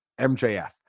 mjf